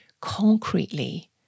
concretely